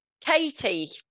Katie